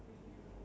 ya